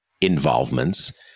involvements